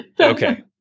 Okay